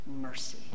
mercy